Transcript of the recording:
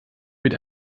mit